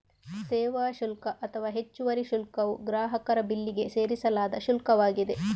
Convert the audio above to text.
ಸೇವಾ ಶುಲ್ಕ ಅಥವಾ ಹೆಚ್ಚುವರಿ ಶುಲ್ಕವು ಗ್ರಾಹಕರ ಬಿಲ್ಲಿಗೆ ಸೇರಿಸಲಾದ ಶುಲ್ಕವಾಗಿದೆ